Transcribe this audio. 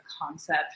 concept